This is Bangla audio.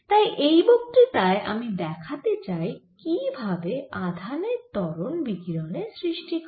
তাই এই বক্তৃতায় আমি দেখাতে চাই কি ভাবে আধানের ত্বরণ বিকিরণের সৃষ্টি করে